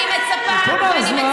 היא, היא פונה, אז מה?